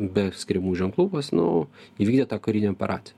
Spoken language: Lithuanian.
be skiriamųjų ženklų nes nu jie vygdė tą karinę operaciją